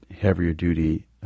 heavier-duty